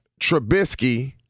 Trubisky